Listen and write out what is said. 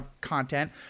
content